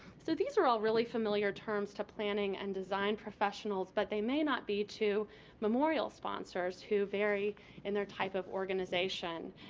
so, these are really familiar terms to planning and design professionals, but they may not be to memorial sponsors who vary in their type of organization.